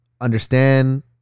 understand